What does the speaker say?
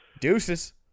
Deuces